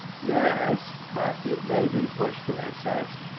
yes, but it may be pushed to excess.